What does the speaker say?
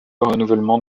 renouvellement